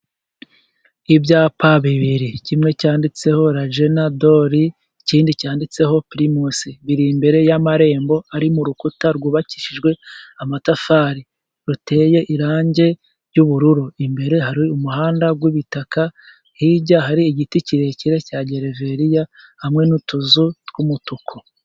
Ibyapa bibiri, kimwe cyanditseho lajenadori, ikindi cyanditseho pirimusi, biri imbere y'amarembo ari mu rukuta rwubakishijwe amatafari, ruteye irangi ry'ubururu, imbere hari umuhanda w'ibitaka, hirya hari igiti kirekire cya gereveriya, hamwe n'utuzu tw'umutuku.